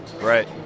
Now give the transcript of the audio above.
Right